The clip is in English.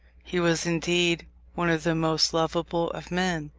he was indeed one of the most lovable of men.